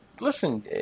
Listen